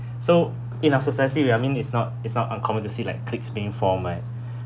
so in our society we I mean it's not it's not uncommon to see like cliques been form right